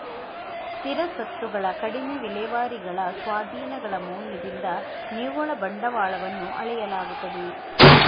ಸ್ಥಿರ ಸ್ವತ್ತುಗಳ ಕಡಿಮೆ ವಿಲೇವಾರಿಗಳ ಸ್ವಾಧೀನಗಳ ಮೌಲ್ಯದಿಂದ ನಿವ್ವಳ ಬಂಡವಾಳವನ್ನು ಅಳೆಯಲಾಗುತ್ತದೆ